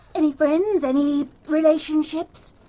any friends, any relationships?